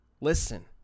Listen